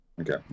Okay